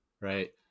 Right